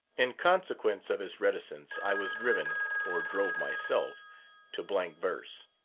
in consequence of his reticence i was driven or drove myself to blank verse.